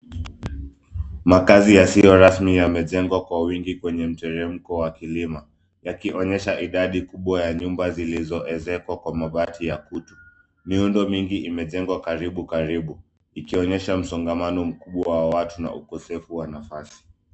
Makazi yasiyo rasmi yamejengwa kwa wingi kwenye mteremko wa kilima, yakionyesha idadi kubwa ya nyumba zilizoezekwa kwa mabati ya kutu. Miundo mingi imejengwa karibu karibu, ikionyesha msongamano mkubwa wa watu na ukosefu wa nafasi.